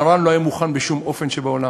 מרן לא היה מוכן בשום אופן שבעולם.